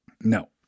No